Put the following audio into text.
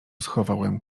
schowałem